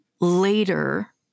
later